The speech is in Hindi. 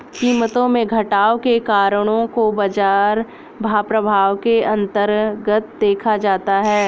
कीमतों में घटाव के कारणों को बाजार प्रभाव के अन्तर्गत देखा जाता है